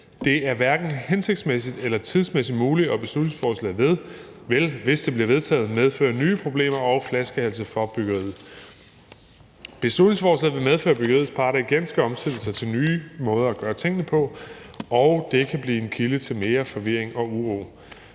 Den er hverken hensigtsmæssig eller tidsmæssigt muligt, og beslutningsforslaget vil, hvis det bliver vedtaget, medføre nye problemer og flaskehalse for byggeriet. Beslutningsforslaget vil medføre, at byggeriets parter igen skal omstille sig til nye måder at gøre tingene på, og det kan blive en kilde til mere forvirring og uro.